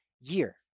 year